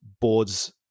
boards